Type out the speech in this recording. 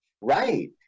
Right